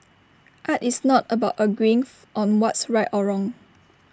art is not about agreeing on what's right or wrong